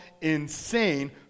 insane